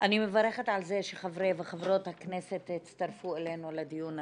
אני מברכת על זה שחברי וחברות הכנסת הצטרפו אלינו לדיון הזה.